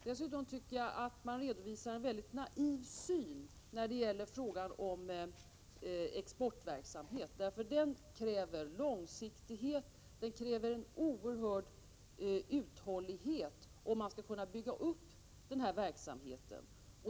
Dessutom tycker jag att man redovisar en väldigt naiv syn på exportverksamhet. Exportverksamhet kräver långsiktighet. Det krävs en oerhörd uthållighet om man skall kunna bygga upp den här verksamheten.